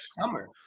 summer